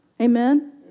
Amen